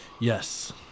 Yes